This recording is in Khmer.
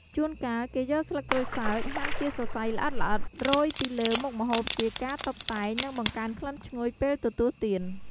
ជួនកាលគេយកស្លឹកក្រូចសើចហាន់ជាសរសៃល្អិតៗ រោយពីលើមុខម្ហូបជាការតុបតែង និងបង្កើនក្លិនឈ្ងុយពេលទទួលទាន។